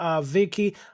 Vicky